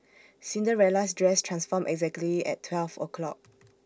Cinderella's dress transformed exactly at twelve o'clock